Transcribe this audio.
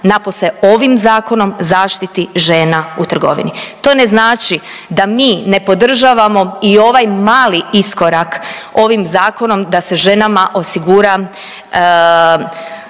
napose ovim zakonom zaštiti žena u trgovini. To ne znači da mi ne podržavamo i ovaj mali iskorak ovim zakonom da se ženama osigura